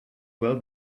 well